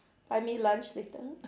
buy me lunch later